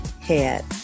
head